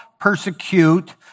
persecute